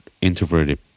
introverted